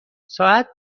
ساعت